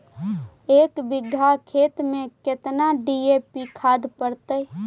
एक बिघा खेत में केतना डी.ए.पी खाद पड़तै?